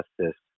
justice